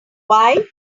why